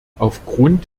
aufgrund